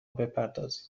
بپردازید